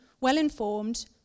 well-informed